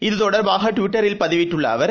இத்தொடர்பாகட்விட்டரில் பதிவிட்டுள்ளஅவர்